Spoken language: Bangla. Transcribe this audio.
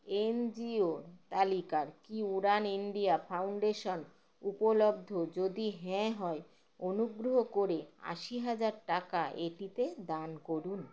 এনজিও তালিকার কি উড়ান ইন্ডিয়া ফাউন্ডেশন উপলব্ধ যদি হ্যাঁ হয় অনুগ্রহ করে আশি হাজার টাকা এটিতে দান করুন